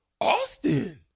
Austin